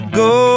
go